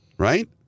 Right